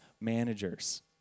managers